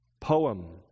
poem